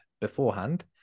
beforehand